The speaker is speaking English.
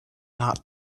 not